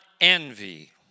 envy